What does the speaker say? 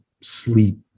sleep